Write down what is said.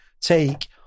take